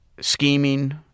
scheming